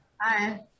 Hi